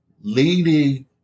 leading